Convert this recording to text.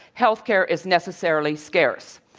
healthcare is necessarily scarce.